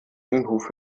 innenhof